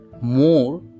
more